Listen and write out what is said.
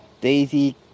Daisy